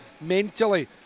mentally